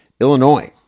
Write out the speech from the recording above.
Illinois